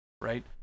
right